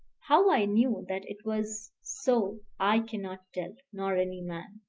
how i knew that it was so i cannot tell, nor any man.